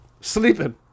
sleeping